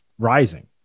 Rising